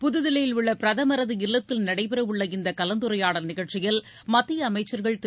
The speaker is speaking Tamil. புதுதில்லியில் உள்ள பிரதமரது இல்லத்தில் நடைபெறவுள்ள இந்த கலந்துரையாடல் நிகழ்ச்சியில் மத்திய அமைச்சர்கள் திரு